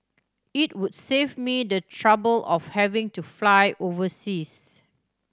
it would save me the trouble of having to fly overseas